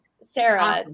Sarah